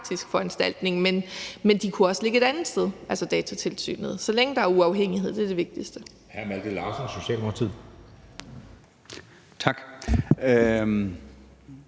foranstaltning. Men Datatilsynet kunne også ligge et andet sted, så længe der er uafhængighed. Det er det vigtigste.